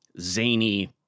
zany